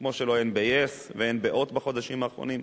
כמו שאין ב-yes ואין ב"הוט" בחודשים האחרונים,